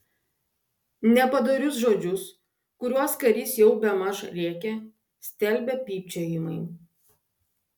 nepadorius žodžius kuriuos karys jau bemaž rėkė stelbė pypčiojimai